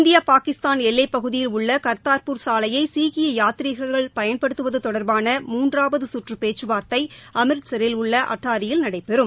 இந்திய பாகிஸ்தான் எல்லைப்பகுதியில் உள்ள கர்தார்பூர் சாலையை சீக்கிய யாத்ரீகர்கள் பயன்படுத்துவது தொடர்பான மூன்றாவது கற்று பேச்சுவார்த்தை அம்ரிட்சரில் உள்ள அத்தாரியில் நடைபெறும்